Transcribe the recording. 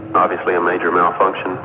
obviously, a major malfunction